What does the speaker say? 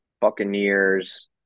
Buccaneers